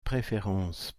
préférence